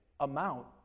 Amount